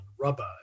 rubber